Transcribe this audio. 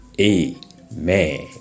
Amen